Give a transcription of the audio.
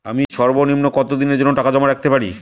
আমি সর্বনিম্ন কতদিনের জন্য টাকা জমা রাখতে পারি?